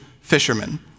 fishermen